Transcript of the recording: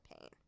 pain